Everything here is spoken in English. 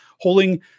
holding